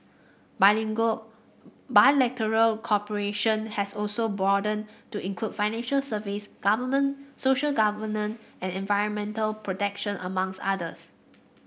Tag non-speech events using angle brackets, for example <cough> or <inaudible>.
<unintelligible> bilateral cooperation has also broadened to include financial services goverment social governance and environmental protection among <unintelligible> others